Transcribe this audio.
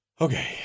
Okay